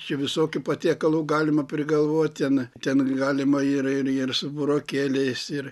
čia visokių patiekalų galima prigalvot ten ten galima ir ir ir su burokėliais ir